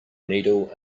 needle